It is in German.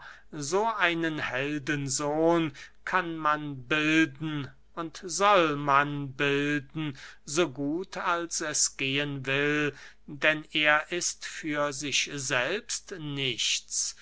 so einen heldensohn kann man bilden und soll man bilden so gut als es gehen will denn er ist für sich selbst nichts